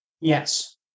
yes